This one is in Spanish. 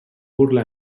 burla